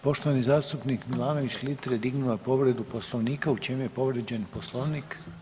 Poštovani zastupnik Milanović Litre je dignuo povredu Poslovnika, u čem je povrijeđen Poslovnik.